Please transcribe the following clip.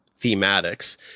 thematics